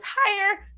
higher